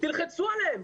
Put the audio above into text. תלחצו עליהם.